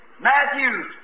Matthew